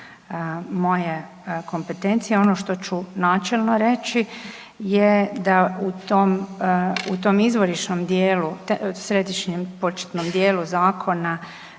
moje kompetencije. Ono što ću načelno reći je da u tom izvorišnom dijelu, središnjem početnom dijelu zakona